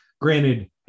Granted